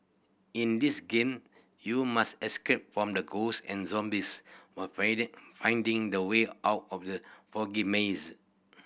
in this game you must escape from the ghost and zombies while finding the way out of the foggy maze